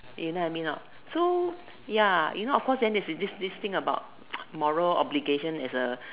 you know what I mean or not so ya you know of course then there is this this thing about moral obligation as a